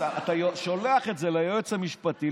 אתה שולח את זה ליועץ המשפטי,